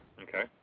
Okay